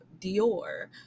Dior